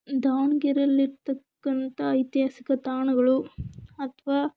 ದಾವಣ್ಗೆರೆಯಲ್ಲಿ ಇರತಕ್ಕಂಥ ಐತಿಹಾಸಿಕ ತಾಣಗಳು ಅಥವಾ